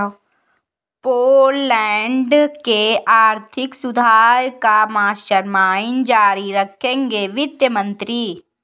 Poland के आर्थिक सुधार का मास्टरमाइंड जारी रखेंगे वित्त मंत्री